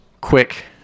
quick